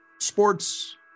sports